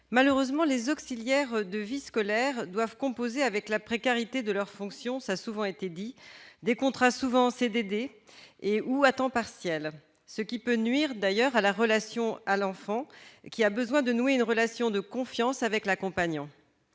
Malheureusement, les auxiliaires de vie scolaire doivent composer avec la précarité de leur fonction- des contrats souvent en CDD ou à temps partiel -, ce qui peut nuire à la relation avec l'enfant, qui a besoin de nouer une relation de confiance avec l'accompagnant.